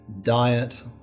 diet